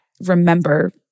remember